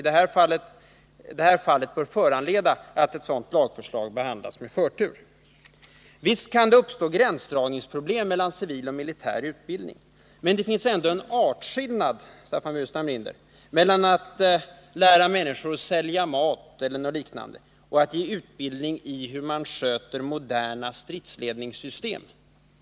Detta fall bör föranleda att ett sådant förslag behandlas med förtur. Visst kan det uppstå gränsdragningsproblem mellan civil och militär utbildning. Men det finns ändå en artskillnad, Staffan Burenstam Linder, mellan att lära människor sälja mat eller liknande och att ge utbildning i hur man sköter moderna stridsledningssystem.